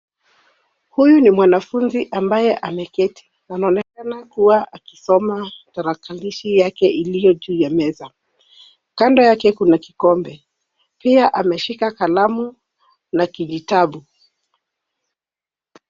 Huyu ni mwanafunzi ambaye ameketi. Anaonekana kuwa akisoma tarakilishi yake iliyo juu ya meza. Kando yake kuna kikombe. Pia ameshika kalamu na kijitabu.